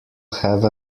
have